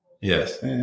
Yes